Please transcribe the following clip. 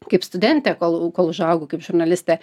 kaip studentė kol kol užaugau kaip žurnalistė